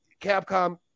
Capcom